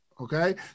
Okay